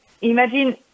imagine